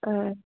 आं